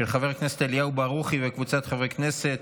של חבר הכנסת ארז מלול וקבוצת חברי הכנסת,